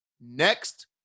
Next